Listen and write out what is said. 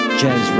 jazz